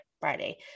friday